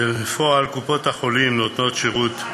בפועל, קופות-החולים נותנות שירות,